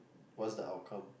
what's the outcome